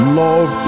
love